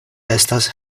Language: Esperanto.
estas